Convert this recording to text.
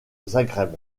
zagreb